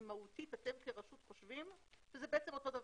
אם מהותית אתם כרשות חושבים שזה בעצם אותו דבר.